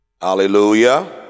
Hallelujah